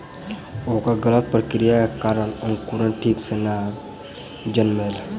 ओकर गलत प्रक्रिया के कारण अंकुरण ठीक सॅ नै जनमलै